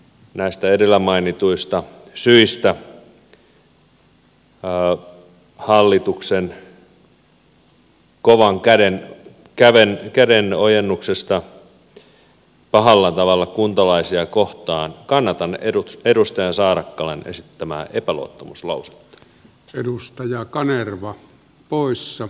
näistä edellä mainituista syistä hallituksen kovan käden ojennuksesta pahalla tavalla kuntalaisia kohtaan kannatan edustaja saarakkalan esittämää epäluottamuslausetta